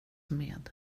med